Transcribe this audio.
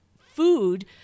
food